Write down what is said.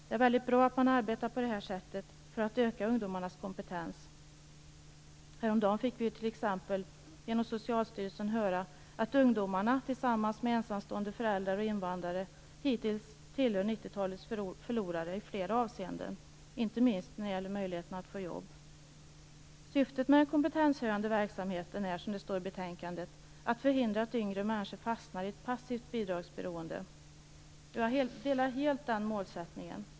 Det är väldigt bra att man arbetar på det här sättet för att öka ungdomarnas kompetens. Häromdagen fick vi t.ex. genom Socialstyrelsen höra att ungdomarna tillsammans med ensamstående föräldrar och invandrare hittills tillhör 90-talets förlorare i flera avseenden, inte minst när det gäller möjligheten att få jobb. Syftet med den kompetenshöjande verksamheten är, som det står i betänkandet, att förhindra att yngre människor fastnar i ett passivt bidragsberoende. Jag delar helt den målsättningen.